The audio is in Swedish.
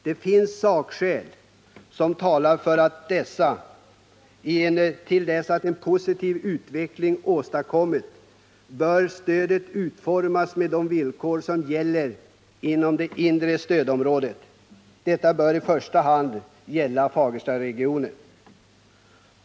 Det finns sakskäl som talar för att stödet, till dess en positiv utveckling åstadkommes, bör utformas enligt de villkor som gäller inom det inre stödområdet. Detta bör i första hand gälla Fagerstaregionen.